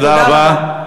תודה רבה.